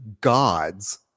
gods